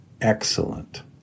excellent